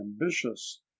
ambitious